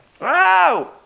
Wow